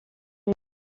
est